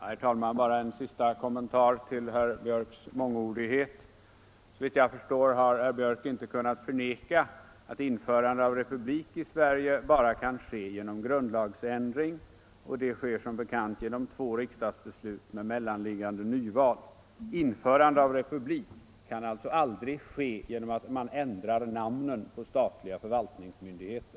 Herr talman! Bara en sista kommentar till herr Björcks i Nässjö mångordighet. Såvitt jag förstår har herr Björck inte kunnat förneka att införandet av republik i Sverige bara kan ske genom grundlagsändring, således genom två riksdagsbeslut med mellanliggande val. Införande av republik kan alltså aldrig ske genom att man ändrar namnen på statliga förvaltningsmyndigheter.